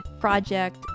project